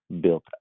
built